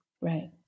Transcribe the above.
Right